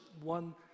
one